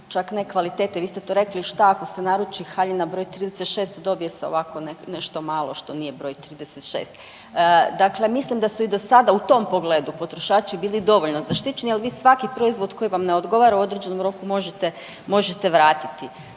čak ne kvalitete, vi ste to rekli šta ako naruči haljina broj 36 dobije se ovako nešto malo što nije broj 36, dakle mislim da su i do sada u tom pogledu potrošači bili dovoljno zaštićeni, ali vi svaki proizvod koji vam ne odgovara u određenom roku možete, možete